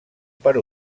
per